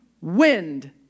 wind